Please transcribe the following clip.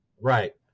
right